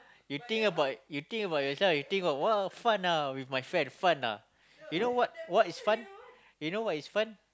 you think about you think about yourself you think about !wah! fun ah with my friend fun ah you know what what is fun you know what is fun